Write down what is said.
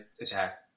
attack